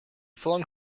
flung